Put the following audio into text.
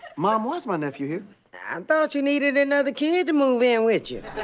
mom, why is my nephew here? i thought you needed another kid to move in with you.